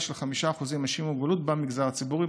של 5% של אנשים עם מוגבלות במגזר הציבורי,